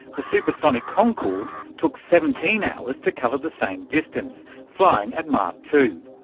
the supersonic concorde took seventeen hours to cover the same distance, flying at mach two.